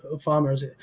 farmers